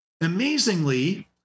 amazingly